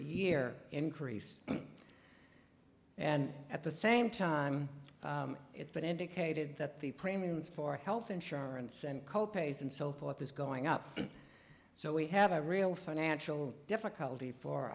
year increase and at the same time it's been indicated that the premiums for health insurance and co pays and so forth is going up so we have a real financial difficulty for